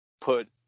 put